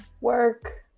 work